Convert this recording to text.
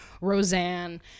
Roseanne